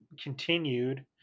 continued